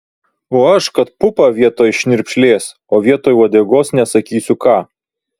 o aš kad pupą vietoj šnirpšlės o vietoj uodegos nesakysiu ką